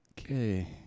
Okay